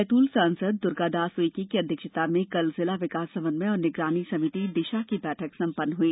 बैतूल सांसद दुर्गादास उईके की अध्यक्षता में कल जिला विकास समन्वय और निगरानी समिति दिशा की बैठक सम्पन्न हुई